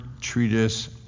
treatise